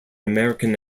american